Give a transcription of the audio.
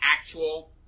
actual